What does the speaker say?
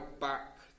back